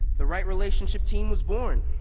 the right relationship team was born.